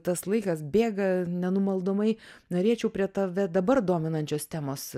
tas laikas bėga nenumaldomai norėčiau prie tave dabar dominančios temos